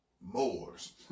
Moors